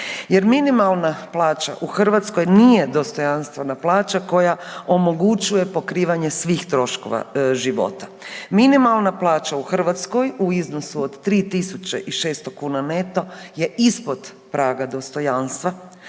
minimalna plaća u Hrvatskoj nije dostojanstvena plaća koja omogućuje pokrivanje svih troškova života. Minimalna plaća u Hrvatskoj u iznosu od 3600 kuna neto je ispod praga dostojanstva,